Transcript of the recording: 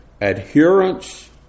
adherence